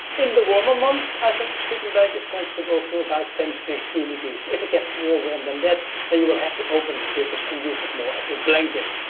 in the warmer months i think the sleeping bag is comfortable to about ten fifteen degrees. if it gets more warm than that, then you will have to open the zippers and use it more as a blanket.